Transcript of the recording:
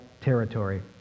territory